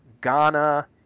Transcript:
ghana